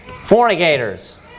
Fornicators